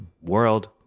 world